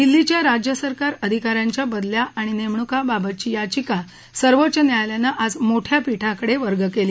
दिल्लीच्या राज्यसरकार अधिका यांच्या बदल्या आणि नेमणूकांबाबतची याचिका सर्वोच्च न्यायालयानं आज मोठया पीठांकडे वर्ग केली